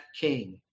king